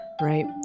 right